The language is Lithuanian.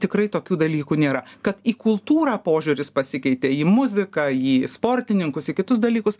tikrai tokių dalykų nėra kad į kultūrą požiūris pasikeitė į muziką į sportininkus į kitus dalykus